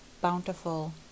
bountiful